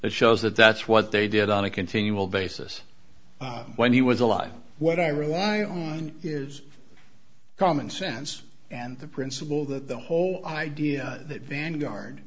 that shows that that's what they did on a continual basis when he was alive what i rely on is common sense and the principle that the whole idea that vanguard